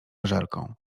wyżerką